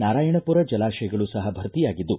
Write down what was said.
ನಾರಾಯಣಪುರ ಜಲಾಶಯಗಳು ಸಹ ಭರ್ತಿಯಾಗಿದ್ದು